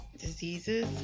Diseases